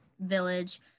village